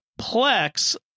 Plex